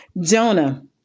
Jonah